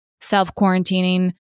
self-quarantining